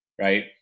Right